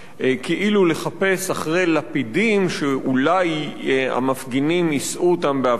כאילו לחפש אחרי לפידים שאולי המפגינים יישאו בהפגנה.